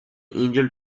angel